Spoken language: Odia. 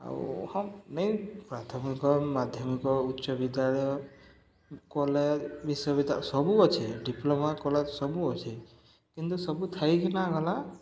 ଆଉ ହଁ ନେଇ ପ୍ରାଥମିକ ମାଧ୍ୟମିକ ଉଚ୍ଚ ବିିଦ୍ୟାଳୟ କଲେଜ ବିଶ୍ୱବିଦ୍ୟାଳୟ ସବୁ ଅଛେ ଡିପ୍ଲୋମା କଲେଜ ସବୁ ଅଛେ କିନ୍ତୁ ସବୁ ଥାଇକି ନା ଗଲା